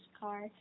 car